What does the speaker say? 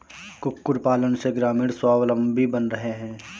कुक्कुट पालन से ग्रामीण स्वाबलम्बी बन रहे हैं